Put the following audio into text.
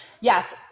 yes